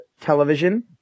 television